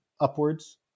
Upwards